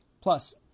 Plus